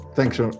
Thanks